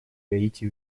гаити